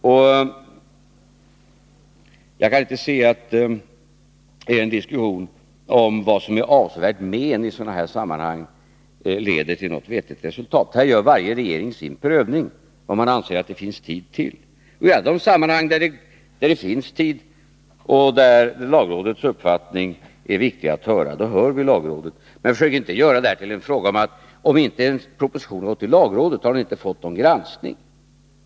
komstbeskatt Jag kan inte se att en diskussion om vad som är avsevärt men i sådana här ningen för facksammanhang leder till något vettigt. Varje regering gör den prövning som föreningsavgifter, den anser att det finns tid till. I de sammanhang där det finns tid och där mm.m. lagrådets uppfattning är viktig att höra vänder vi oss dit. Försök inte göra detta till en fråga där det förutsätts att om en proposition inte har remitterats tilllagrådet, då har den inte fått någon granskning!